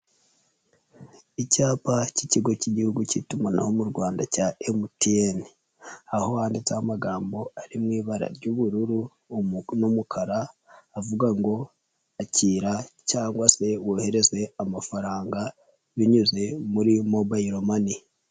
Icyapa cy'ikigo cy'igihugu cy'itumanaho mu Rwanda cya MTN, aho handitseho amagambo ari mu ibara ry'ubururu n'umukara avuga ngo akira cyangwa se wohereze amafaranga binyuze muri Mobile Money.